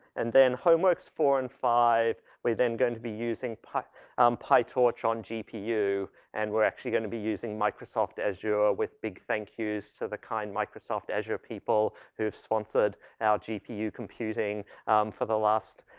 and then homeworks four and five we're then gonna be using py um py pytorch on gpu and we're actually gonna be using microsoft azure with big thank yous to the kind microsoft azure people who have sponsored our gpu computing for the last